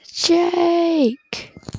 Jake